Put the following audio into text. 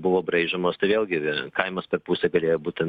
buvo braižomos tai vėlgi vi kaimas per pusę galėjo būti